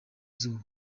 izuba